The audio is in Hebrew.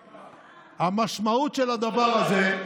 המשמעות של הדבר הזה,